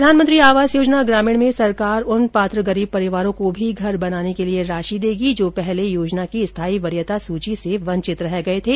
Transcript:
प्रधानमंत्री आवास योजना ग्रामीण में सरकार उन पात्र गरीब परिवारों को भी घर बनाने के लिए राशि देगी जो पहले योजना की स्थायी वरीयता सूची से वंचित रह गए थे